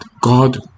God